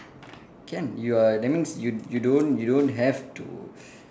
can you are that means you you don't you don't have to